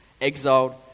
exiled